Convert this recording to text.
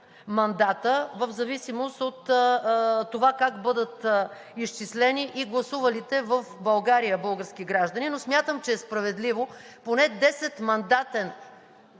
мандата в зависимост от това как бъдат изчислени и гласувалите в България български граждани. Но смятам, че е справедливо поне 10-мандатен